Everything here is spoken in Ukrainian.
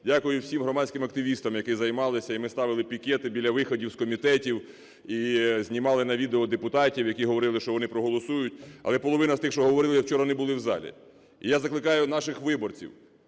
Дякую всім громадським активістам, які займалися, і ми ставили пікети біля виходів з комітетів і знімали на відео депутатів, які говорили, що вони проголосують. Але половина з тих, що говорили, вчора не були в залі. І я закликаю наших виборців